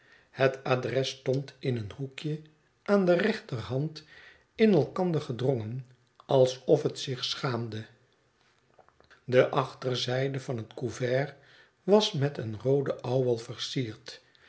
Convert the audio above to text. het adres stond in een hoekje aan de rechterhand in elkandergedrongen alsof het zich schaamde de achterzijde van het couvert was met een roode ouwel versierd